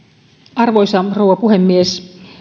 arvoisa rouva puhemies